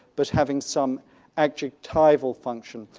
but having some adjectival function.